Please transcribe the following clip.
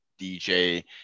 DJ